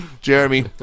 Jeremy